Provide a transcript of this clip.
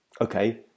okay